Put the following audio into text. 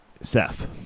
Seth